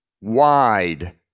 wide